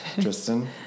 Tristan